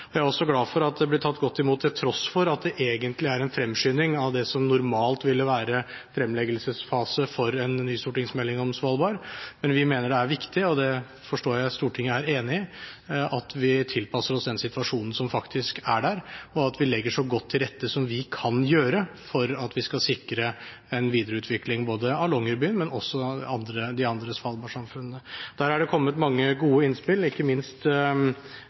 Jeg er også glad for at dette blir tatt godt imot, til tross for at det egentlig er en fremskyndig av det som normalt ville vært fremleggelsesfase for en ny stortingsmelding om Svalbard. Men vi mener det er viktig, og det forstår jeg Stortinget er enig i, at vi tilpasser oss den situasjonen som faktisk er der, og at vi legger så godt til rette som vi kan gjøre for å sikre en videreutvikling av Longyearbyen, men også av de andre svalbardsamfunnene. Der er det kommet mange gode innspill, ikke minst